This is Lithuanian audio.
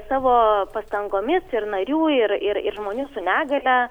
savo pastangomis ir narių ir ir žmonių su negalia